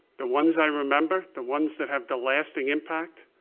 the ones i remember, the ones that have the lasting impact.